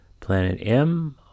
Planetm